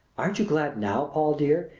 aren't you glad now, paul, dear,